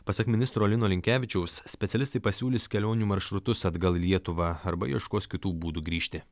pasak ministro lino linkevičiaus specialistai pasiūlys kelionių maršrutus atgal į lietuvą arba ieškos kitų būdų grįžti